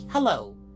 Hello